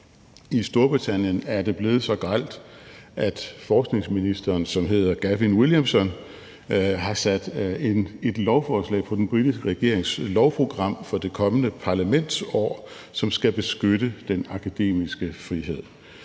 I Storbritannien er det blevet så grelt, at forskningsministeren, som hedder Gavin Williamson, har sat et lovforslag på den britiske regerings lovprogram for det kommende parlamentsår, som skal beskytte den akademiske frihed.